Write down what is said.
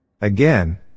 Again